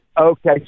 Okay